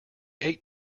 ate